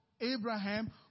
Abraham